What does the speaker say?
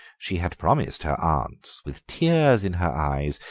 she had promised her aunts, with tears in her eyes,